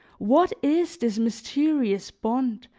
what is this mysterious bond,